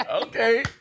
Okay